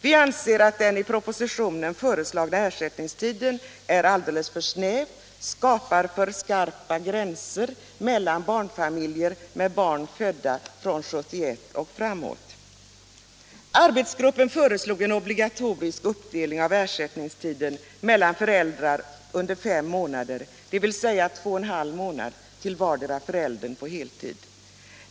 Vi anser att den i propositionen föreslagna ersättningstiden är alldeles för snäv och skapar för skarpa gränser mellan barnfamiljer med barn födda 1971 och senare. Arbetsgruppen föreslog en obligatorisk uppdelning av ersättningstiden mellan föräldrar under fem månader, dvs. två och en halv månader till vardera föräldern på heltid.